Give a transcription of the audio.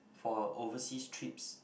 for overseas trips